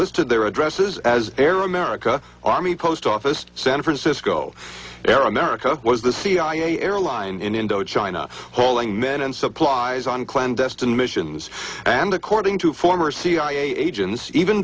listed their addresses as air america army post office san francisco air america was the cia airline in indochina hauling men and supplies on clandestine missions and according to former cia agents even